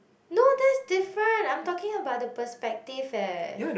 no that's different I'm talking about the perspective eh